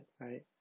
right